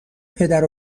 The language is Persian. پدر